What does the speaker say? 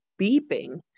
beeping